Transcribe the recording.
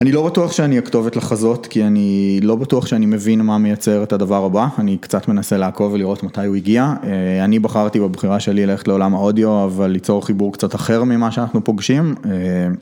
אני לא בטוח שאני אכתוב את לחזות, כי אני לא בטוח שאני מבין מה מייצר את הדבר הבא, אני קצת מנסה לעקוב ולראות מתי הוא הגיע. אני בחרתי בבחירה שלי ללכת לעולם האודיו, אבל ליצור חיבור קצת אחר ממה שאנחנו פוגשים.